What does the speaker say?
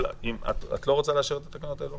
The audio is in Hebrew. את לא רוצה לאשר עכשיו את התקנות?